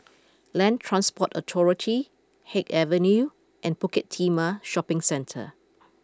Land Transport Authority Haig Avenue and Bukit Timah Shopping Centre